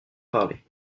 parler